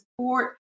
support